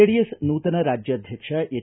JDS ನೂತನ ರಾಜ್ಯಾಧ್ಯಕ್ಷ H